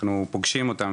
אנחנו פוגשים אותם,